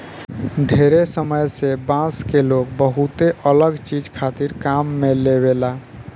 ढेरे समय से बांस के लोग बहुते अलग चीज खातिर काम में लेआवेला